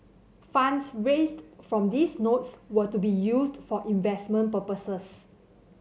funds raised from these notes were to be used for investment purposes